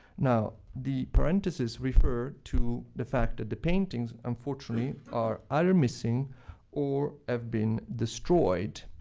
now, the parentheses refer to the fact that the paintings, unfortunately, are either missing or have been destroyed.